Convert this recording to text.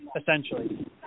essentially